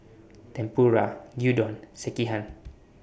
Tempura Gyudon and Sekihan